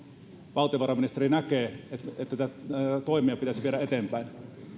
valtiovarainministeri näkee että toimia pitäisi viedä eteenpäin